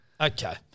Okay